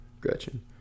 Gretchen